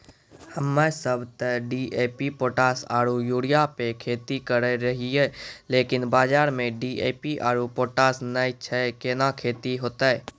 हम्मे सब ते डी.ए.पी पोटास आरु यूरिया पे खेती करे रहियै लेकिन बाजार मे डी.ए.पी आरु पोटास नैय छैय कैना खेती होते?